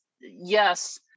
yes